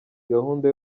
gahunda